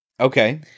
Okay